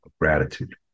gratitude